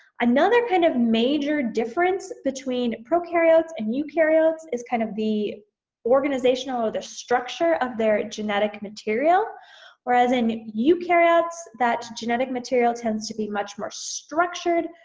another kind of major difference between prokaryotes and eukaryotes is kind of the organizational, or the structure of their genetic material whereas in eukaryotes that genetic material tends to be much more structured,